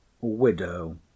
Widow